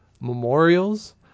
memorials